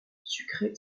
sucre